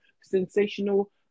sensational